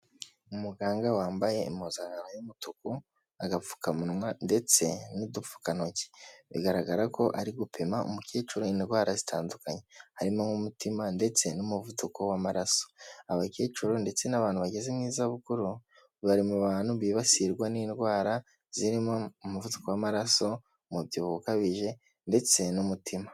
Umuganga wambaye impuzangano y'umutuku, agapfukamunwa ndetse n'udupfukantoki. Bigaragara ko ari gupima umukecuru indwara zitandukanye. Harimo nk'umutima ndetse n'umuvuduko w'amaraso. Abakecuru ndetse n'abantu bageze mu zabukuru, bari mu bantu bibasirwa n'indwara zirimo umuvuduko w'amaraso, umubyibuho ukabije ndetse n'umutima.